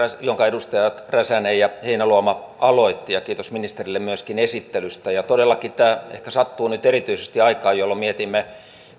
jonka edustajat räsänen ja heinäluoma aloittivat ja kiitos ministerille myöskin esittelystä todellakin tämä ehkä sattuu nyt erityisesti aikaan jolloin mietimme